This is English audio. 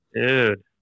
Dude